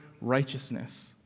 righteousness